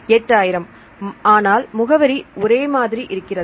8000 ஆனால் முகவரி ஒரே மாதிரி இருக்கிறது